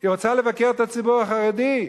היא רוצה לבקר את הציבור החרדי?